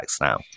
now